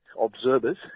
observers